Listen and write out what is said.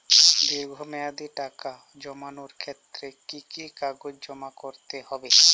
দীর্ঘ মেয়াদি টাকা জমানোর ক্ষেত্রে কি কি কাগজ জমা করতে হবে?